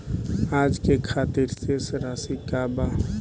आज के खातिर शेष राशि का बा?